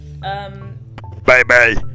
Bye-bye